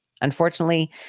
Unfortunately